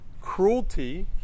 cruelty